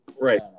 Right